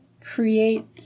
create